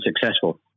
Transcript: successful